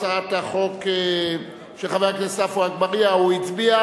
אני קובע שהצעת החוק של חבר הכנסת הנכבד עפו אגבאריה לא עברה.